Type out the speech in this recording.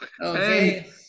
okay